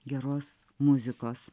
geros muzikos